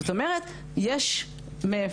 זאת אומרת יש נשים.